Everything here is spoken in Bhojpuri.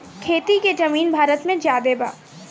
खेती के जमीन भारत मे ज्यादे बा